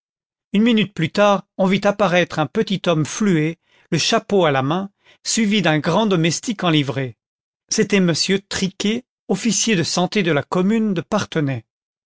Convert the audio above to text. une minute plus tard on vit apparaître un petit homme fluet le chapeau à la main suivi d'un grand domestique en livrée c'était m triquet officier de santé de la commune de